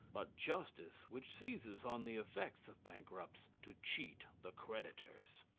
but justice which seizes on the effects of bankrupts to cheat the creditors.